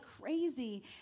crazy